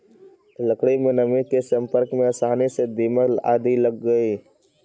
लकड़ी में नमी के सम्पर्क में आसानी से दीमक आदि लग जा हइ